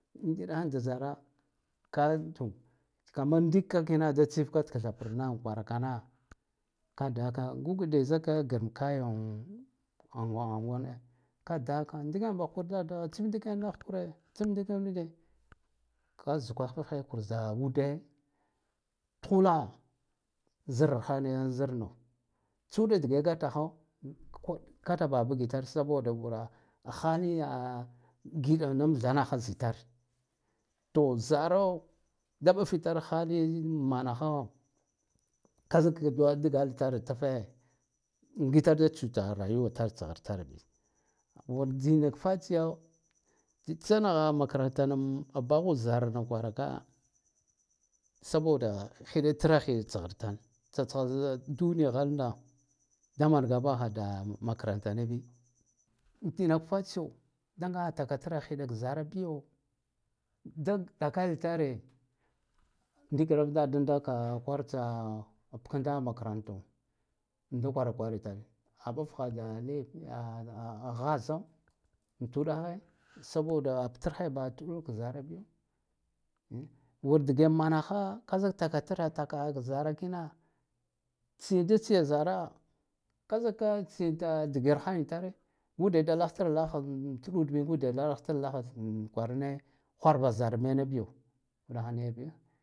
Ndiɗahanad zara ka tu kamma dikka kina da tsika tkthana an kwarakana ka daka gik ude ka girmkayam angwa ka daka ndiken bakh kur dada ndiken nakh kure tsuk ndiken naghkure tsif ndikenude ka zuga kargheyud ka ude tkhula zir arhan zirno tsuɗa dige gatcho ka da baha bgitar saboda wur haliya ngiɗanaha amthanaha zitar to zara da ɓaffitar haliyammanaha ka zik ki da dgalitare itac ngitar da ngitar da chuta rayuwatar tsghartar bi wur tinak fatsiya tsitsanagha makarantanam baghud zarana kwaraka sabod khiɗatra khitsghrtarna tsatskha duni ghalna da manga baha da makarantana bi an tinak fatsiyo ndagaha takatra khiɗak zara biyo da ɗakalitare ndikik dadan da kwal tsa abkanghe makarato da kwarakwaritar aɓagha da ghazo an tuɗagha saboda abtargheba ha tɗulk zara biyo wur dgna manaha ka zik takatrakaha k zara kina tsida tsiya zaea ka zika tsiya da dik arhanitare ngude da lakh taralakhan tɗul bi ngude da lakhtra lakhan kwarane kwarba zar mena biyo uɗakha niya bi.